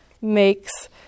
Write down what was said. makes